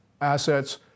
assets